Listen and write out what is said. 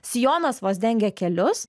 sijonas vos dengia kelius